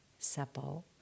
Seppo